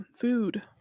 Food